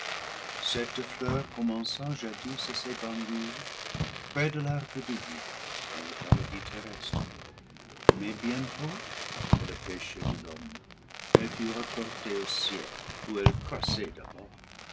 cette fleur commença jadis à s'épanouir près de l'arbre de vie dans le paradis terrestre mais bientôt après le péché de l'homme elle fut reportée au ciel où elle croissait d'abord